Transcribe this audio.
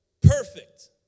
perfect